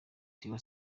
tiwa